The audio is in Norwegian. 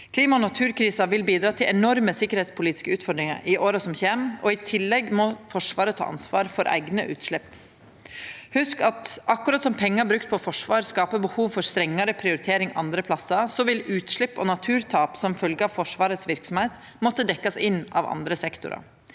Klima- og naturkrisa vil bidra til enorme sikkerheitspolitiske utfordringar i åra som kjem, og i tillegg må Forsvaret ta ansvar for eigne utslepp. Hugs at akkurat som pengar brukte på forsvar skaper behov for strengare prioritering andre plassar, vil utslepp og naturtap som følgje av Forsvarets verksemd måtte dekkjast inn av andre sektorar.